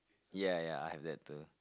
ya ya I have that too